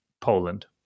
Poland